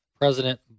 President